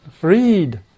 freed